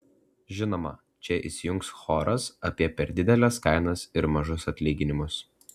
žinoma čia įsijungs choras apie per dideles kainas ir mažus atlyginimus